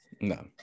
No